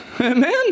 Amen